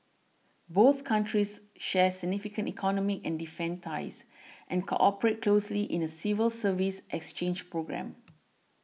both countries share significant economic and defence ties and cooperate closely in a civil service exchange programme